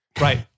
Right